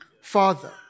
Father